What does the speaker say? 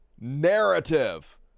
narrative